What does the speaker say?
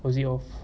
was it off